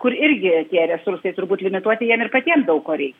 kur irgi tie resursai turbūt limituoti jiem ir patiem daug ko reik